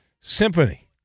Symphony